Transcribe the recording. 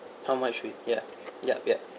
how much with ya yup yup